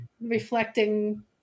reflecting